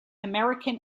american